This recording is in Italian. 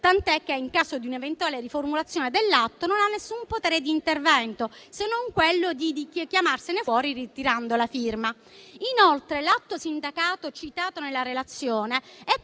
tanto che, in caso di un'eventuale riformulazione dell'atto, non ha alcun potere di intervento, se non quello di chiamarsene fuori ritirando la firma. Inoltre, l'atto di sindacato ispettivo citato nella relazione è